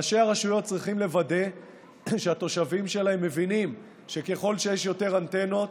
ראשי הרשויות צריכים לוודא שהתושבים שלהם מבינים שככל שיש יותר אנטנות,